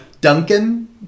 Duncan